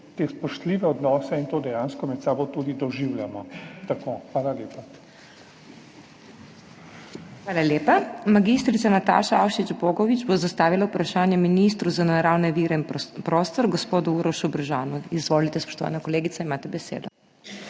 te spoštljive odnose in to dejansko med sabo tudi doživljamo. Tako. Hvala lepa. **PODPREDSEDNICA MAG. MEIRA HOT:** Hvala lepa. Mag. Nataša Avšič Bogovič bo zastavila vprašanje ministru za naravne vire in prostor, gospodu Urošu Brežanu. Izvolite, spoštovana kolegica, imate besedo.